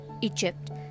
Egypt